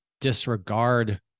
disregard